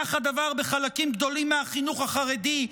כך הדבר בחלקים גדולים מהחינוך החרדי,